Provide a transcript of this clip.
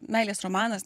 meilės romanas